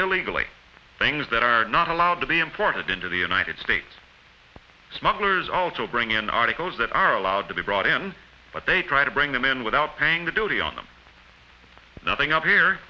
illegally things that are not allowed to be imported into the united states smugglers also bring in articles that are allowed to be brought in but they try to bring them in without paying the duty on them nothing up here